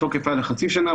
התוקף היה לחצי שנה.